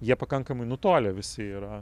jie pakankamai nutolę visi yra